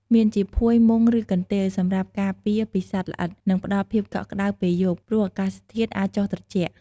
មានជាភួយ មុង ឬកន្ទេល សម្រាប់ការពារពីសត្វល្អិត និងផ្តល់ភាពកក់ក្តៅពេលយប់ ព្រោះអាកាសធាតុអាចចុះត្រជាក់។